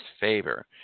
favor